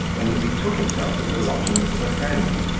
when he betook himself to the lodgings of a friend,